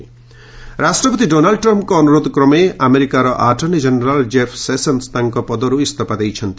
US AG resign ରାଷ୍ଟ୍ରପତି Donald ଟ୍ରମ୍ଫ୍ଙ୍କ ଅନୁରୋଧ କ୍ରମେ ଆମେରିକାର ଆଟର୍ଣ୍ଣି ଜେନେରାଲ୍ ଜେଫ୍ ସେସନ୍ ତାଙ୍କ ପଦରୁ ଇସ୍ତଫା ଦେଇଛନ୍ତି